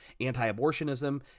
anti-abortionism